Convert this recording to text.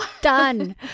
Done